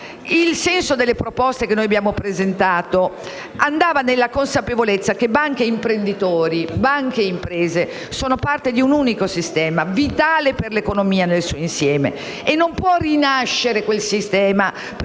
il senso delle proposte che abbiamo presentato si muoveva nella consapevolezza che banche e imprenditori, banche e imprese, sono parte di un unico sistema, vitale per l'economia nel suo insieme, che non può rinascere privilegiando